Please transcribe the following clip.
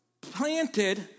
planted